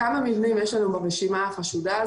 כמה מבנים יש ברשימה החשודה?